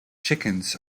chickens